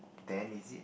then is it